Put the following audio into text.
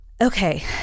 Okay